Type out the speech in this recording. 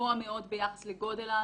גבוה מאוד ביחס לגודל הענף.